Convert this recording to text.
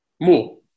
more